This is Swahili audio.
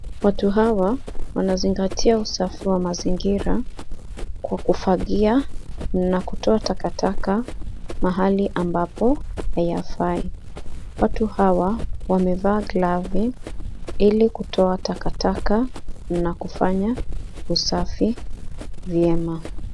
Watu hawa wanazingatia usafi wa mazingira kwa kufangia na kutoa takataka mahali ambapo hayafai. Watu hawa wamevaa glavu ili kutoa takataka na kufanya usafi vyema.